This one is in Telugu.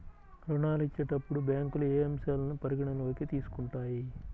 ఋణాలు ఇచ్చేటప్పుడు బ్యాంకులు ఏ అంశాలను పరిగణలోకి తీసుకుంటాయి?